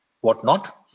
whatnot